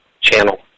channel